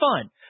fun